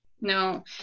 no